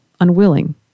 unwilling